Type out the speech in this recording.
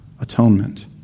atonement